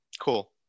Cool